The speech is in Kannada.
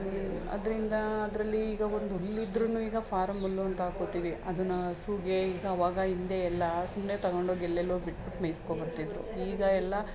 ಅದರಿಂದ ಅದರಲ್ಲಿ ಈಗ ಒಂದು ಹುಲ್ಲಿದ್ರೂ ಈಗ ಫಾರಮ್ಮಲ್ಲೊಂದು ಹಾಕೊಳ್ತೀವಿ ಅದನ್ನು ಹಸುಗೆ ಈಗ ಆವಾಗ ಹಿಂದೆ ಎಲ್ಲ ಸುಮ್ಮನೆ ತೊಗೊಂಡೋಗಿ ಎಲ್ಲೆಲ್ಲೋ ಬಿಟ್ಬಿಟ್ಟು ಮೇಯಿಸ್ಕೋ ಬರ್ತಿದ್ರು ಈಗ ಎಲ್ಲ